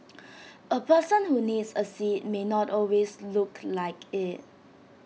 A person who needs A seat may not always look like IT